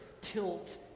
tilt